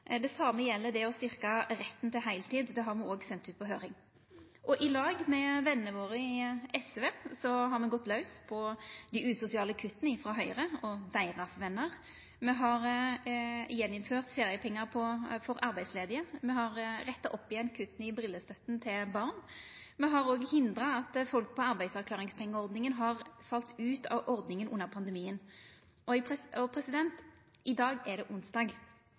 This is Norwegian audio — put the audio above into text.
Det same gjeld det å styrkja retten til heiltid, det har me òg sendt ut på høyring. I lag med venene våre i SV har me òg gått laus på dei usosiale kutta frå Høgre og venene deira. Me har gjeninnført feriepengar for arbeidsledige. Me har retta opp igjen kutta i brillestøtte til barn. Me har òg hindra at folk på arbeidsavklaringspengeordninga har falle ut av ordninga under pandemien. I dag er det onsdag, og på laurdag har regjeringa sete i